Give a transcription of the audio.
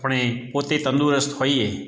આપણે પોતે તંદુરસ્ત હોઈએ